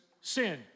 sin